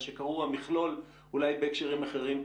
מה שקראו המכלול אולי בהקשרים אחרים,